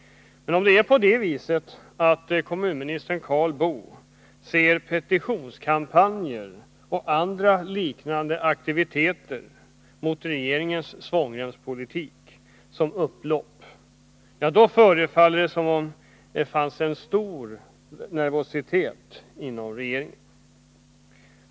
Men om det är på det viset att kommunministern Karl Boo ser petitionskampanjer och andra liknande aktiviteter mot regeringens svångremspolitik som upplopp, ja, då förefaller det som om det fanns en stor nervositet inom regeringen.